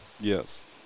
Yes